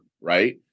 Right